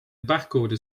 barcode